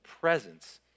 presence